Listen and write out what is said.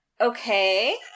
okay